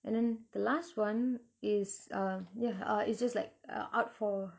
and then the last one is um ya it's just like out for